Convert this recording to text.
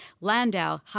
Landau